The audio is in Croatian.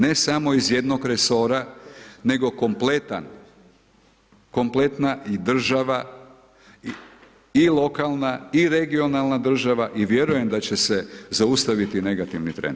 Ne samo iz jednog resora, nego kompletan, kompletna i država i lokalna i regionalna država i vjerujem da će se zaustaviti negativni trend.